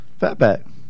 fatback